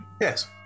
Yes